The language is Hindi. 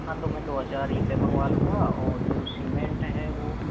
हाँ तो मैं दो हजार ईंटें मंगवा लूँगा और जो सीमेंट है वो